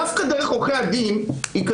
היום בשלום ובמחוזי אין סניוריטי, גם כפרקטיקה.